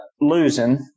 losing